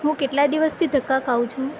હું કેટલાય દિવસથી ધક્કા ખાઉં છું